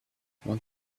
want